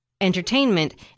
entertainment